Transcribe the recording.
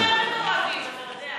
אנחנו יותר מעורבים, אתה יודע.